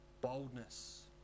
boldness